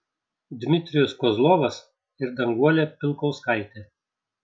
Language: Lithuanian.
dmitrijus kozlovas ir danguolė pilkauskaitė